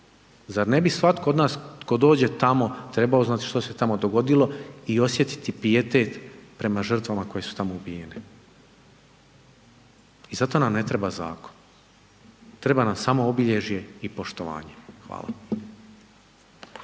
Zar ne bi svatko od nas tko dođe tamo trebao znati što se tamo dogodilo i osjetiti pijetet prema žrtvama koje su tamo ubijene? I zato nam ne treba zakon, treba nam samo obilježje i poštovanje. Hvala.